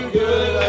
good